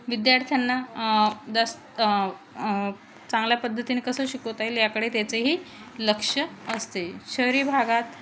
विद्यार्थ्यांना जास्त चांगल्या पद्धतीने कसं शिकवता येईल याकडे त्याचेही लक्ष असते शहरी भागात